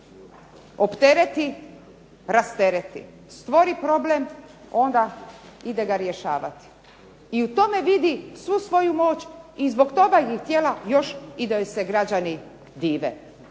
Optereti, rastereti, stvori problem, onda ide ga rješavati, i u tome vidi svu svoju moć i zbog toga bi htjela još i da joj se građani dive.